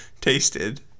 tasted